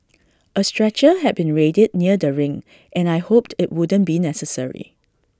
A stretcher had been readied near the ring and I hoped IT wouldn't be necessary